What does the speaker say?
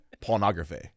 pornography